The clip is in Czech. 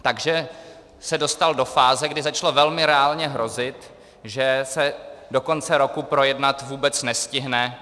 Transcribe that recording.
Takže se dostal do fáze, kdy začalo velmi reálně hrozit, že se do konce roku projednat vůbec nestihne.